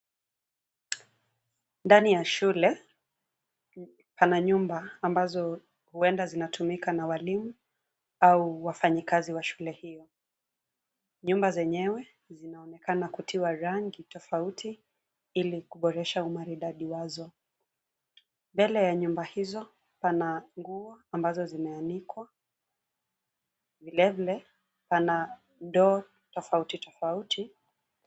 Ndani ya shule, pana nyumba, ambazo huenda zinatumika na walimu, au wafanyikazi wa shule hio. Nyumba zenyewe, zinaonekana kutiwa rangi tofauti, ili kuboresha umaridadi wazo. Mbele ya nyumba hizo, pana nguo, ambazo zimeanikwa, vilevile, pana, ndoo tofauti tofauti.